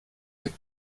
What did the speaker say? mit